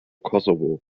kosovo